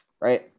right